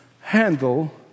handle